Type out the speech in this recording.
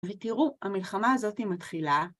ותראו, המלחמה הזאתי מתחילה.